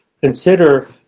consider